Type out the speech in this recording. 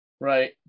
Right